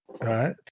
Right